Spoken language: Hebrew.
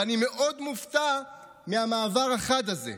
ואני מאוד מופתע מהמעבר החד הזה.